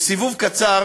וסיבוב קצר